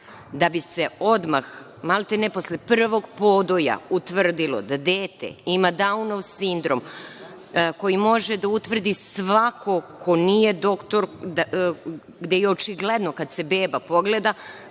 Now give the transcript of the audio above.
da bi se odmah, maltene posle prvog podoja utvrdilo da dete ima Daunov sindrom koji može da utvrdi svako ko nije doktor, gde je očigledno kad se beba pogleda